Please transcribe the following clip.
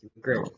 Great